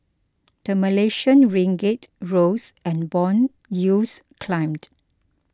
the Malaysian Ringgit rose and bond yields climbed